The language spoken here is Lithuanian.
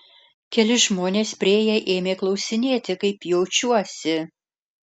keli žmonės priėję ėmė klausinėti kaip jaučiuosi